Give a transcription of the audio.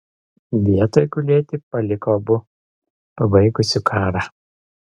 vietoj gulėti paliko abu pabaigusiu karą